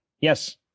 Yes